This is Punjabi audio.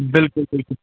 ਬਿਲਕੁਲ ਬਿਲਕੁਲ